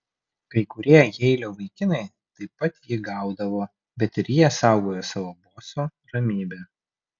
kai kurie jeilio vaikinai taip pat jį gaudavo bet ir jie saugojo savo boso ramybę